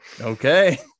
Okay